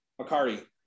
Akari